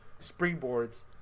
springboards